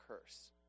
curse